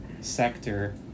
sector